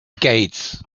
gates